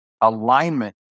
alignment